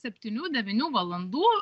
septynių devynių valandų